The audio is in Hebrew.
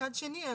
מצד שני,